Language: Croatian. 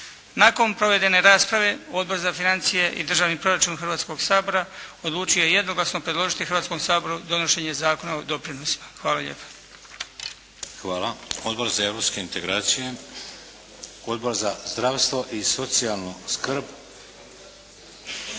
Nakon provedene rasprave Odbor za financije i državni proračun Hrvatskog sabora odlučio je jednoglasno predložiti Hrvatskom saboru donošenje Zakona o doprinosima. Hvala lijepa. **Šeks, Vladimir (HDZ)** Hvala. Odbor za europske integracije. Odbor za zdravstvo i socijalnu skrb.